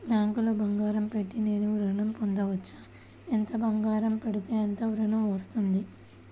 బ్యాంక్లో బంగారం పెట్టి నేను ఋణం పొందవచ్చా? ఎంత బంగారం పెడితే ఎంత ఋణం వస్తుంది?